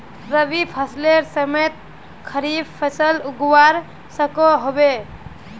रवि फसलेर समयेत खरीफ फसल उगवार सकोहो होबे?